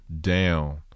down